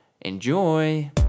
Enjoy